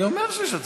אני אומר שיש הצבעה.